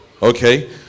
okay